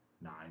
nine